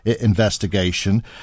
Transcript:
investigation